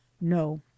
no